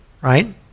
Right